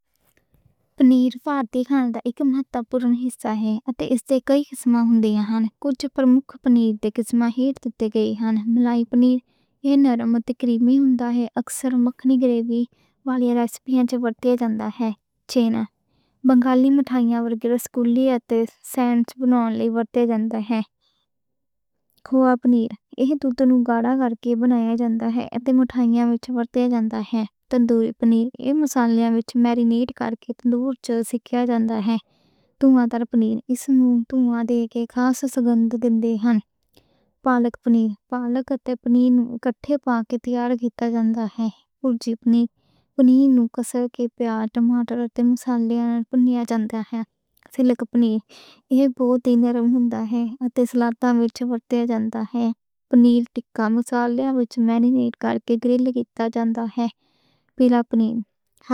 فیتا، گوڈا، چیڈر، موزاریلا، پارمیجانّو ریجیانو، پارمیزان، گرنا پادانو، پیکورینو رومانو، اسیآگو، پروولون، سکامورزا، کاچوکاوالو، فونتینا، تالےجو، ماسکارپونے، ریکوٹا، بری، کیمنبیر، روکفور، بلو چیز، گرویئیر، ایمینٹال، سوئس، ایڈم، لِمبرگر، کولبی، مونٹیری جیک، یارلزبرگ، اپنزیلر، ٹلزِٹ۔ ربلوشوں، رَکلیٹ، کونتے، بوفور، آبوندانس، سینٹ نیکٹائر، مونستر، کیسو فریسکو، کیسو پانِیلا، کوتیخا، اوآخاکا، حلومی، بُراتا، بوکّونچینی، اسٹرَکّینو، گورگونزولا، مانچےگو، پرووولا، پنیر، کاٹج چیز۔